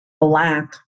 Black